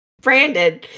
Brandon